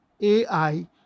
AI